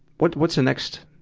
what, what's the next,